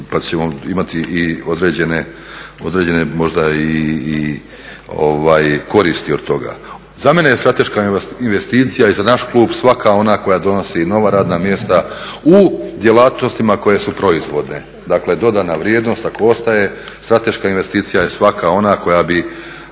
pa ćemo imati i određene možda i koristi od toga. Za mene je strateška investicija i za naš klub svaka ona koja donosi nova radna mjesta u djelatnostima koje su proizvodne, dakle dodana vrijednost ako ostaje, strateška investicija je svaka ona koja bi